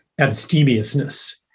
abstemiousness